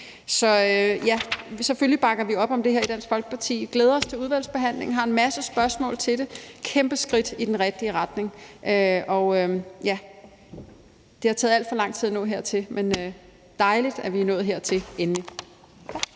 Så selvfølgelig bakker vi op om det her i Dansk Folkeparti. Vi glæder os til udvalgsbehandlingen og har en masse spørgsmål til det. Det er et kæmpe skridt i den rigtige retning. Det har taget alt for lang tid at nå hertil, men det er dejligt, at vi er nået hertil – endelig.